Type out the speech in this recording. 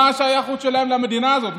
מה השייכות שלהם למדינה הזאת,